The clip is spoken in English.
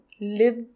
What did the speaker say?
live